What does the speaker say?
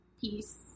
peace